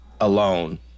alone